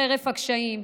חרף הקשיים,